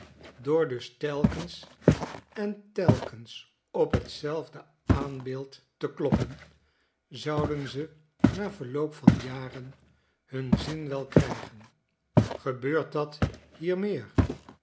door dus telkens en telkens op tzelfde aanbeeld te kloppen zouden ze na verloop van jaren hun zin wel krijgen gebeurt dat hier meer